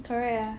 correct ah